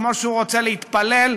כמו שהוא רוצה להתפלל,